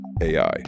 AI